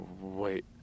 Wait